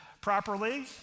properly